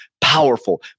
powerful